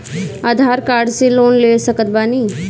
आधार card से loan ले सकत बणी?